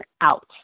out